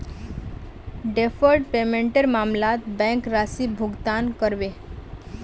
deferred पेमेंटेर मामलत bank राशि भुगतान करबे